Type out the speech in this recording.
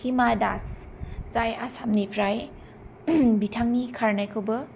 हिमा दास जाय आसामनिफ्राय बिथांनि खारनायखौबो